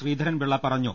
ശ്രീധരൻപിള്ള പറഞ്ഞു